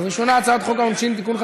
אז ראשונה: הצעת חוק העונשין (תיקון,